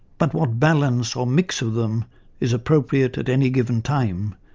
but what balance or mix of them is appropriate at any given time,